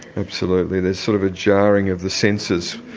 absolutely. there's sort of a jarring of the senses.